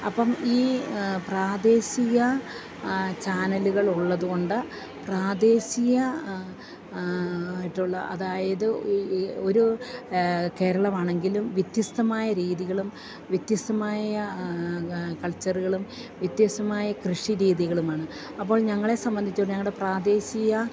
അപ്പം ഈ പ്രാദേശിക ചാനലുകൾ ഉള്ളത് കൊണ്ട് പ്രാദേശിക ആയിട്ടുള്ള അതായത് ഒരു കേരളമാണെങ്കിലും വ്യത്യസ്തമായ രീതികളും വ്യത്യസ്തമായ കൾച്ചറുകളും വ്യത്യസ്തമായ കൃഷി രീതികളുമാണ് അപ്പോൾ ഞങ്ങളെ സംബന്ധിച്ച് ഞങ്ങളുടെ പ്രാദേശിക